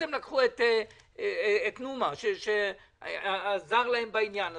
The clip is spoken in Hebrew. אז הם לקחו את נומה שעזר להם בעניין הזה.